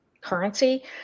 currency